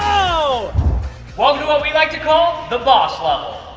so um do what we like to call the boss level.